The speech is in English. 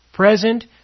present